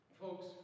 folks